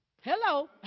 Hello